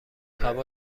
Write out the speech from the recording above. هوا